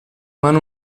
mano